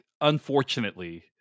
unfortunately